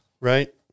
Right